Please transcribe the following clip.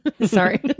Sorry